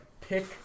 pick